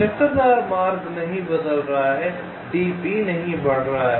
चक्करदार मार्ग बदल नहीं रहा है d नहीं बढ़ रहा है